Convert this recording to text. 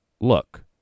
look